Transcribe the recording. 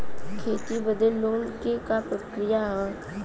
खेती बदे लोन के का प्रक्रिया ह?